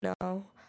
no